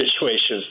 situations